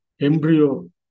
embryo